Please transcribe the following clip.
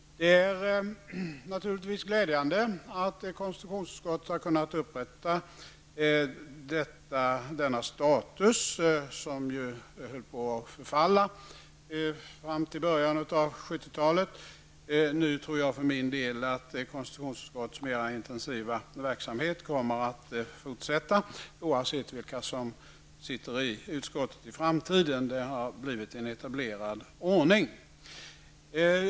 Det är naturligtvis glädjande att konstitutionsutskottet har kunnat upprätta denna status, som ju höll på att förfalla fram till början av 1970-talet. Jag tror för min del att konstitutionsutskottets intensiva verksamhet kommer att fortsätta, oavsett vilka som sitter i utskottet i framtiden. Det har blivit en etablerad ordning.